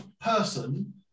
person